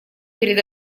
перед